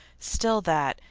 still that,